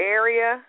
area